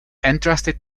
entrusted